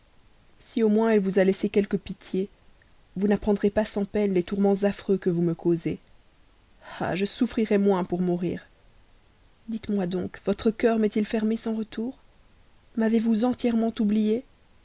si au moins elle vous a laissé quelque pitié vous n'apprendrez pas sans peine les tourments affreux que vous me causez ah je souffrirais moins pour mourir dites-moi donc votre cœur m'est-il fermé sans retour m'avez-vous entièrement oublié